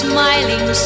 Smiling